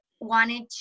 wanted